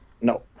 No